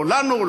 לא לנו,